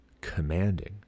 commanding